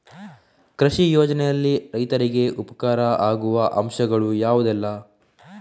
ಕೃಷಿ ಯೋಜನೆಯಲ್ಲಿ ರೈತರಿಗೆ ಉಪಕಾರ ಆಗುವ ಅಂಶಗಳು ಯಾವುದೆಲ್ಲ?